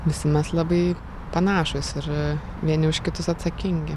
visi mes labai panašūs ir vieni už kitus atsakingi